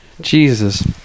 Jesus